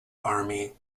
army